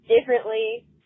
differently